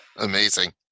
Amazing